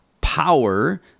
power